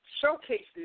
showcases